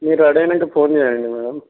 మీరు రెడీ అయినాక ఫోన్ చేయండి మ్యాడమ్